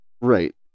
Right